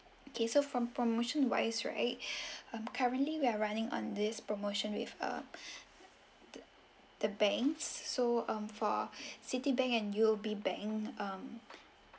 okay so from promotion wise right um currently we're running on this promotion with uh the the banks so um for citibank and U_O_B bank um